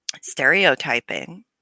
Stereotyping